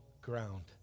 ground